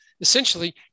Essentially